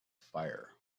fire